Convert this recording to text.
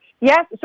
Yes